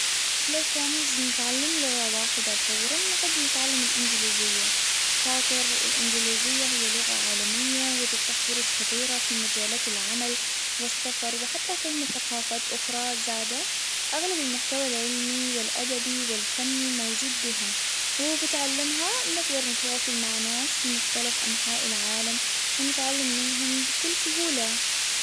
لو كان نجم نتعلم لغة واحدة فورًا نحب نتعلم الإنجليزية، خاطر الإنجليزية هي لغة عالمية وتفتح فرص كبيرة في مجالات العمل والسفر وحتى فهم ثقافات أخرى زادة أغلب المحتوى العلمي والأدبي والفني موجود بها وبتعلمها نقدر نتواصل مع ناس في مختلف أنحاء العالم ونتعلم منهم بكل سهولة.